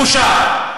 בושה.